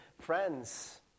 Friends